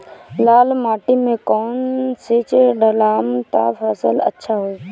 लाल माटी मे कौन चिज ढालाम त फासल अच्छा होई?